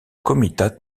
comitat